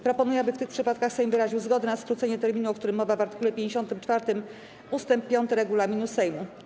Proponuję, aby w tych przypadkach Sejm wyraził zgodę na skrócenie terminu, o którym mowa w art. 54 ust. 5 regulaminu Sejmu.